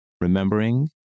remembering